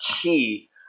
key